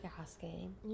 asking